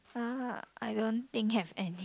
uh I don't think have any